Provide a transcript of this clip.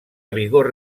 vigor